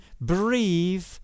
breathe